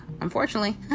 unfortunately